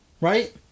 right